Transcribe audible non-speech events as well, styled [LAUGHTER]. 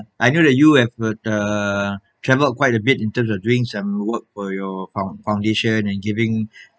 I hear that you have [NOISE] uh [BREATH] travelled quite a bit in terms of doing some work for your foun~ foundation and giving [BREATH]